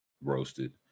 roasted